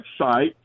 website